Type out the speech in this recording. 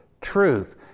truth